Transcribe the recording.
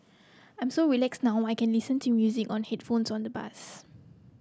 I'm so relaxed now I can listen to music on headphones on the bus